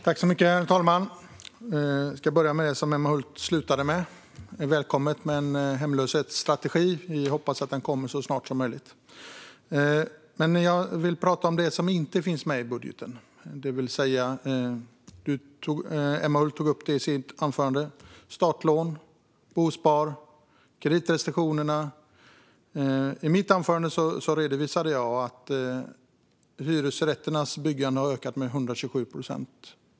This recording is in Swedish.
Herr talman! Jag börjar med det som Emma Hult slutade med. Det är välkommet med en hemlöshetsstrategi, och vi hoppas att den kommer så snart som möjligt. Jag vill dock tala om det som inte finns med i budgeten. Emma Hult tog upp det i sitt anförande: startlån, bospar och kreditrestriktioner. I mitt anförande redovisade jag att byggandet av hyresrätter har ökat med 127 procent.